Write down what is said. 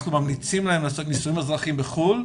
אנחנו ממליצים להם לעשות נישואין אזרחיים בחו"ל,